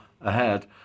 ahead